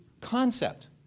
concept